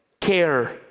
care